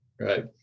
Right